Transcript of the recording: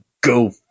go